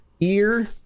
ear